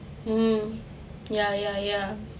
mm ya ya ya